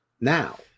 now